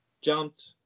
jumped